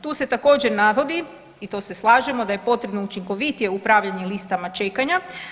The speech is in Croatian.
Tu se također navodi i to se slažemo da je potrebno učinkovitije upravljanje listama čekanja.